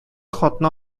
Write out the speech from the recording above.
хатны